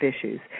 issues